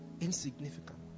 Insignificant